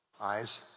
Eyes